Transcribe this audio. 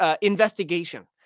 investigation